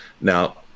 Now